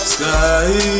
Sky